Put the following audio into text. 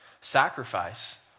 sacrifice